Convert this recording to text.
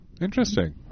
interesting